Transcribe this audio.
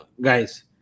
Guys